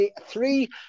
three